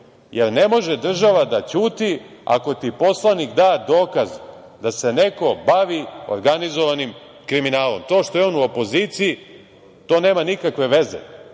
Ne može država da ćuti ako ti poslanik da dokaz da se neko bavi organizovanim kriminalom. To što je on u opoziciji nema nikakve veze